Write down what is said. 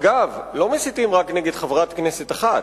אגב, לא מסיתים רק נגד חברת כנסת אחת,